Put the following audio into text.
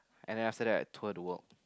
and then after that I tour to work